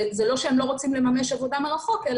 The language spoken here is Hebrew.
זה לא שהם לא רוצים לממש עבודה מרחוק,